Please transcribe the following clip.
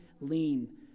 lean